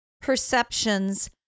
perceptions